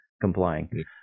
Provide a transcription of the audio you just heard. complying